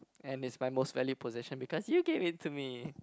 and it's my most value possession because you gave it to me